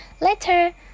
Later